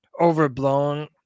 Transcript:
overblown